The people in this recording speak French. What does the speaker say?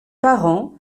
parents